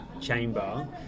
chamber